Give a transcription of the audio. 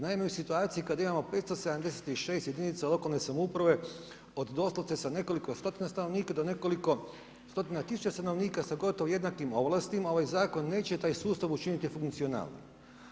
Naime u situaciji kada imamo 576 jedinica lokalne samouprave od doslovce sa nekoliko stotina stanovnika do nekoliko stotina tisuća stanovnika sa gotovo jednakim ovlastima, ovaj zakon neće taj sustav učiniti funkcionalnijim.